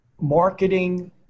marketing